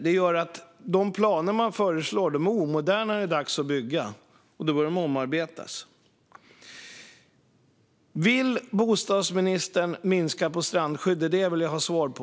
Det gör att de planer som föreslås är omoderna när det är dags att bygga och då behöver omarbetas. Vill bostadsministern minska på strandskyddet? Det vill jag ha svar på.